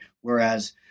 whereas